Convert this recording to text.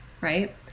right